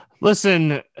listen